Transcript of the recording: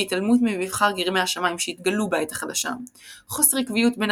והתעלמות ממבחר גרמי השמיים שהתגלו בעת החדשה; חוסר עקביות בין